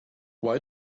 why